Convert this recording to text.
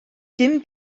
dim